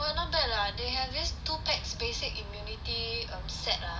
weh not bad lah they have this two packs basic immunity set ah